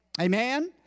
amen